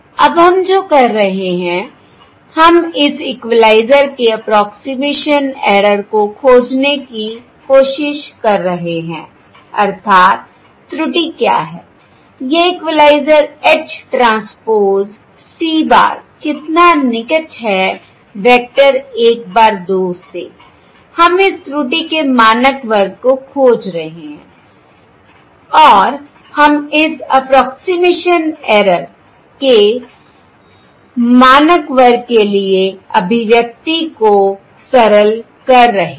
अब हम जो कर रहे हैं हम इस इक्वलाइज़र के 'अप्रोक्सिमेशन ऐरर' 'approximation error' को खोजने की कोशिश कर रहे हैं अर्थात् त्रुटि क्या है यह equaliser H transpose c bar कितना निकट है वेक्टर 1 bar 2 से I हम इस त्रुटि के मानक वर्ग को खोज रहे हैं और हम इस 'अप्रोक्सिमेशन ऐरर' 'approximation error' के मानक वर्ग के लिए अभिव्यक्ति को सरल कर रहे हैं